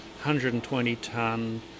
120-ton